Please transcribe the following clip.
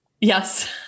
Yes